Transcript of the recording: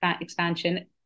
expansion